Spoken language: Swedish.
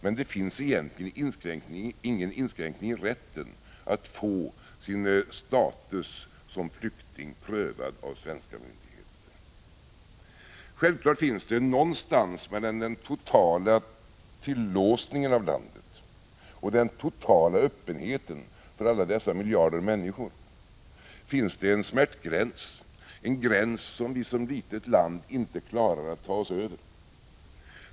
Men det finns egentligen ingen inskränkning i rätten att få sin status som flykting prövad av svenska myndigheter. Självfallet finns det någonstans mellan den totala tillåsningen av landet och den totala öppenheten för alla dessa miljarder människor en smärtgräns, en gräns som Sverige som litet land inte klarar att ta sig över.